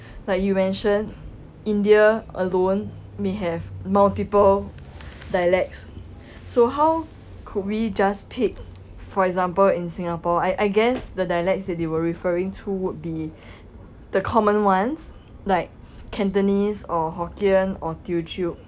like you mentioned india alone may have multiple dialects so how could we just pick for example in singapore I I guess the dialects that they were referring to would be the common ones like cantonese or hokkien or teochew